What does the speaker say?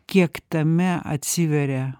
kiek tame atsiveria